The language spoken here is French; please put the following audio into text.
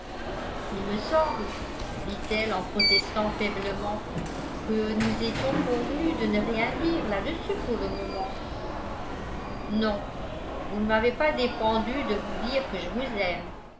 il me semble dit-elle en protestant faiblement que nous étions convenus de ne rien dire là-dessus pour le moment non vous ne m'avez pas défendu de vous dire que je vous aime